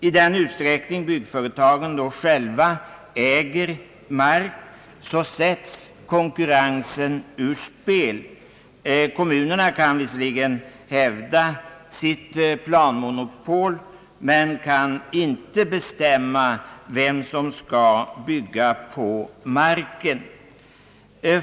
I den utsträckning byggföretagen då själva äger mark sättes konkurrensen ur spel. Kommunerna kan visserligen hävda sitt planmonopol, men de kan inte bestämma vem som skall bygga på marken.